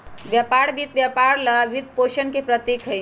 व्यापार वित्त व्यापार ला वित्तपोषण के प्रतीक हई,